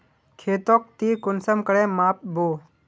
खेतोक ती कुंसम करे माप बो?